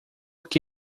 que